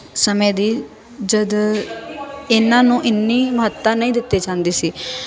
ਸਮੇਂ ਦੀ ਜਦ ਇਹਨਾਂ ਨੂੰ ਇੰਨੀ ਮਹੱਤਤਾ ਨਹੀਂ ਦਿੱਤੀ ਜਾਂਦੀ ਸੀ